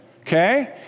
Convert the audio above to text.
okay